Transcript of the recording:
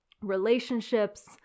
relationships